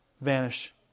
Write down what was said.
vanish